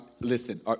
listen